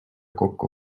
kokku